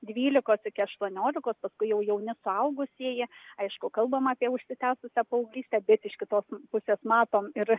dvylikos iki aštuoniolikos paskui jau jauni suaugusieji aišku kalbam apie užsitęsusią paauglystę bet iš kitos pusės matome ir